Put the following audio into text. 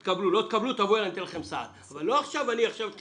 - אולי הוא לא מתאים כאן אבל אני רק מעלה את זה